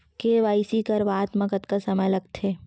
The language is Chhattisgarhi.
के.वाई.सी करवात म कतका समय लगथे?